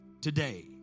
today